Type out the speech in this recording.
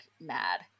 mad